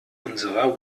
unserer